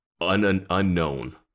unknown